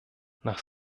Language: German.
nach